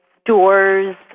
stores